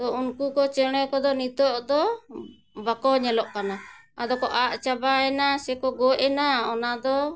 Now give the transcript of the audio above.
ᱛᱚ ᱩᱱᱠᱩ ᱠᱚ ᱪᱮᱬᱮ ᱠᱚᱫᱚ ᱱᱤᱛᱳᱜ ᱫᱚ ᱵᱟᱠᱚ ᱧᱮᱞᱚᱜ ᱠᱟᱱᱟ ᱟᱫᱚ ᱠᱚ ᱟᱫ ᱪᱟᱵᱟᱭᱮᱱᱟ ᱥᱮᱠᱚ ᱜᱚᱡ ᱮᱱᱟ ᱚᱱᱟ ᱫᱚ